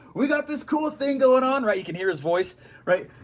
we've got this cool thing going on, right you can hear his voice right,